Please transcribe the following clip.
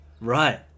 right